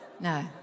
No